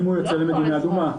אם הוא יוצא למדינה אדומה.